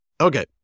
Okay